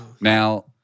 Now